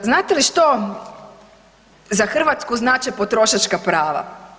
Da, znate li što za Hrvatsku znače potrošačka prava?